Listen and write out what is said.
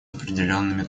определенными